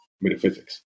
metaphysics